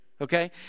okay